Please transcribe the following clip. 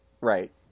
Right